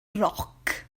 roc